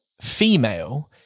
female